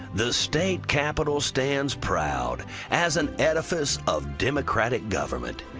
the state capitol stands proud as an edifice of democratic government.